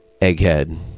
Egghead